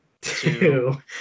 Two